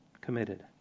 Committed